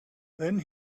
then